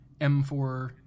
M4